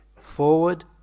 forward